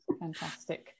Fantastic